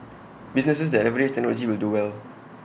businesses that leverage technology will do well